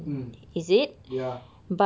mm ya